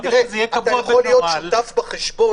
ברגע שזה יהיה קבוע בנוהל --- אתה יכול להיות שותף מלא בחשבון,